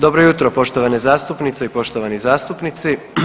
Dobro jutro poštovane zastupnice i poštovani zastupnici.